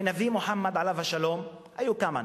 לנביא מוחמד עליו השלום היו כמה נשים,